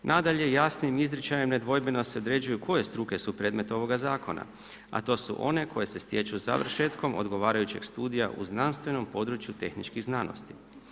Nadalje, jasnim izričajem nedvojbeno se određuju koje struke su predmet ovoga zakona, a to su one koje se stječu završetkom odgovarajućeg studija u znanstvenom području tehničkih znanosti.